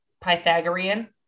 pythagorean